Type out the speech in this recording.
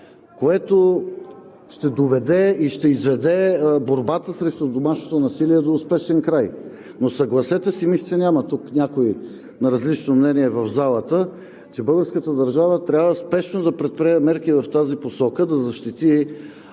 което ще доведе и ще изведе борбата срещу домашното насилие до успешен край. Но съгласете се, мисля, че в залата няма някой на различно мнение, че българската държава трябва спешно да предприеме мерки в тази посока – да защити